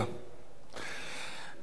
חבר הכנסת דב חנין,